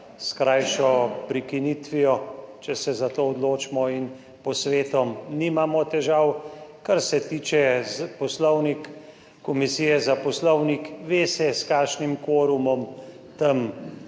s krajšo prekinitvijo, če se za to odločimo, in posvetom, nimamo težav. Kar se tiče Poslovnik, Komisije za poslovnik, ve se s kakšnim kvorumom tam